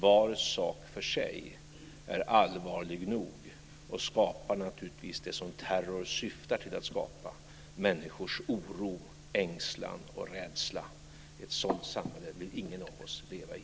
Var sak för sig är allvarlig nog och skapar naturligtvis det som terror syftar till att skapa, människors oro, ängslan och rädsla. Ett sådant samhälle vill ingen av oss leva i.